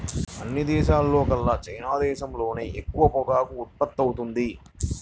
అన్ని దేశాల్లోకెల్లా చైనా దేశంలోనే ఎక్కువ పొగాకు ఉత్పత్తవుతుంది